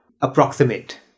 approximate